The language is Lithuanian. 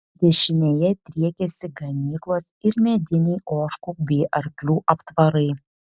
dešinėje driekėsi ganyklos ir mediniai ožkų bei arklių aptvarai